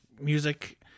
music